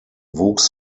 wuchs